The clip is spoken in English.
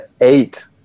eight